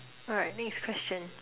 alright next question